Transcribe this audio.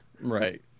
right